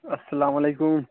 السلام علیکم